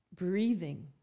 Breathing